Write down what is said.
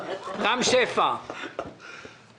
רם שפע, בבקשה.